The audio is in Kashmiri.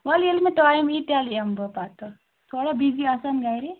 وَلہٕ ییٚلہِ مےٚ ٹایِم یٖی تیٚلہِ یِمہٕ بہٕ پتہٕ تھوڑا بِزی آسان گَرے